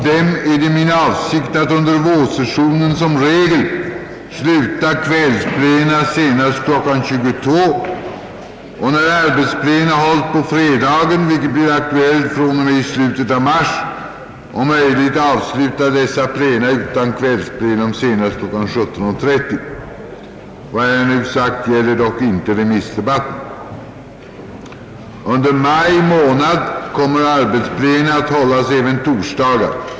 Jag vill fästa uppmärksamheten på att till kammarens ledamöter utdelats bland annat en preliminär plan för kammarens plena under vårsessionen, en PM angående plena m.m., en annan PM angående 'avfattandet av hemställan i motioner och ytterligare andra handlingar. Beträffande de olika detaljerna hänvisar jag till handlingarna.